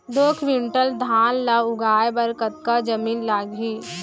दो क्विंटल धान ला उगाए बर कतका जमीन लागही?